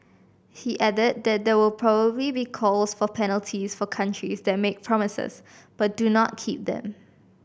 he added that there will probably be calls for penalties for countries that make promises but do not keep them